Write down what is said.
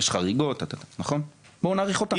יש חריגות וכו', בואו נאריך אותה.